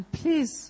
please